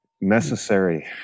necessary